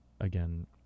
again